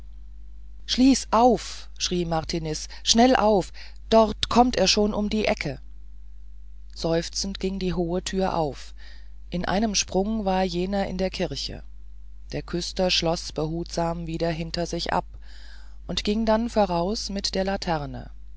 schließ auf schrie martiniz schnell auf dort kommt er schon um die ecke seufzend ging die hohe türe auf in einem sprung war jener in der kirche der küster schloß behutsam wieder hinter sich ab und ging dann voraus mit der laterne